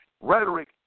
Rhetoric